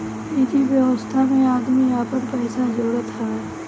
निजि व्यवस्था में आदमी आपन पइसा जोड़त हवे